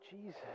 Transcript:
Jesus